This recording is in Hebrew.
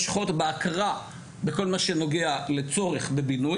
ספר קטנים יותר הם כאלה שבהם הצוות מלוכד סביב חזון אחד,